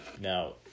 now